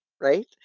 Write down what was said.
right